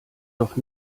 doch